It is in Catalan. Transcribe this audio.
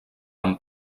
amb